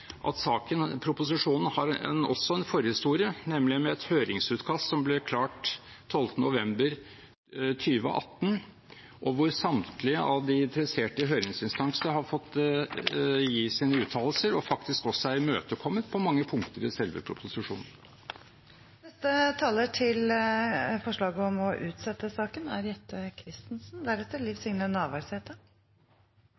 at proposisjonen også har en forhistorie, nemlig ved et høringsutkast som ble klart 12. november 2018, hvor samtlige av de interesserte høringsinstansene har fått gi sine uttalelser og faktisk også er imøtekommet på mange punkter i selve proposisjonen. Ettersom dette er en debatt om